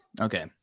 okay